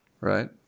right